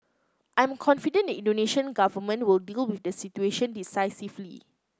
I am confident the Indonesian Government will deal with the situation decisively